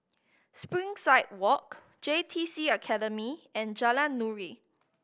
Springside Walk J T C Academy and Jalan Nuri